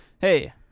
Hey